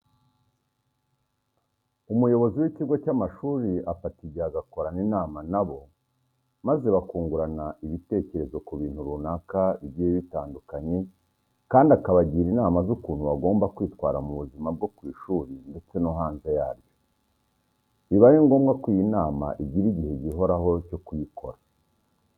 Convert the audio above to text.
Umuyobozi w'ikigo cy'amashuri afata igihe agakorana inama na bo maze bakungurana ibitekerezo ku bintu runaka bigiye bitandukanye kandi akabagira inama z'ukuntu bagomba kwitwara mu buzima bwo ku ishuri ndetse no hanze yaryo. Biba ari ngombwa ko iyi nama igira igihe gihoraho cyo kuyikora.